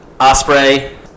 Osprey